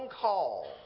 call